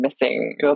missing